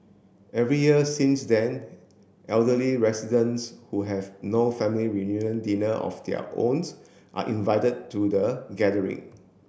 every year since then elderly residents who have no family reunion dinner of their owns are invited to the gathering